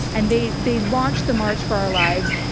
and they they launched the march for our lives.